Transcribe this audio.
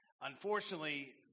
unfortunately